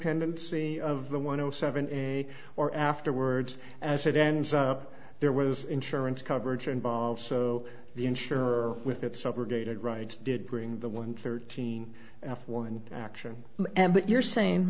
pendency of the one o seven in or afterwards as it ends up there was insurance coverage involved so the insurer with its subrogated rights did bring the one thirteen one action but you're saying